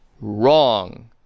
Wrong